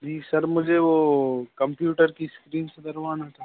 जी sir मुझे वह computer की स्क्रीन सुधारवाना था